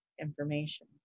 information